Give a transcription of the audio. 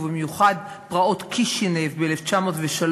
ובמיוחד פרעות קישינב ב-1903,